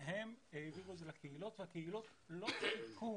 הם העבירו את זה לקהילות והקהילות לא חיכו